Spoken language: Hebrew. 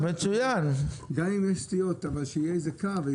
גם אם יש סטיות, אבל שיהיה איזה קו.